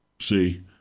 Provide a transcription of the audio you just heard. See